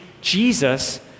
Jesus